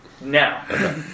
No